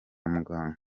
muganga